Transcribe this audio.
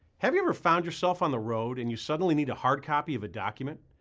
have you ever found yourself on the road and you suddenly need a hard copy of a document?